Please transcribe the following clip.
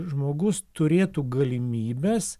žmogus turėtų galimybes